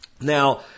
Now